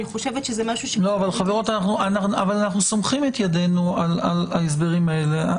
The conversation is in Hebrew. אני חושבת שזה משהו --- אבל אנחנו סומכים את ידינו על ההסדרים האלה,